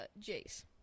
Jace